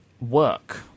work